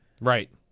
right